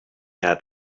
had